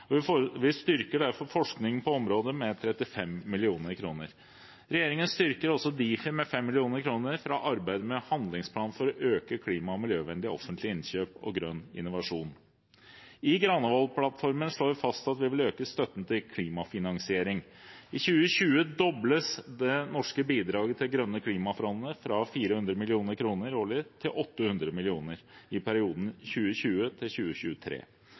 Vi styrker derfor forskningen på området med 35 mill. kr. Regjeringen styrker også Difi med 5 mill. kr for å arbeide med en handlingsplan for å øke klima- og miljøvennlige offentlige innkjøp og grønn innovasjon. I Granavolden-plattformen slår vi fast at vi vil øke støtten til klimafinansiering. I 2020 dobles det norske bidraget til Det grønne klimafondet fra 400 mill. kr årlig til 800 mill. kr i perioden